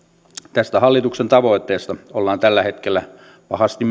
tästä hallituksen tavoitteesta ollaan tällä hetkellä pahasti